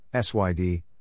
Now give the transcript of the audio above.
SYD